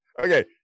okay